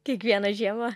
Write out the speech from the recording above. kiekvieną žiemą